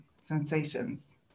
sensations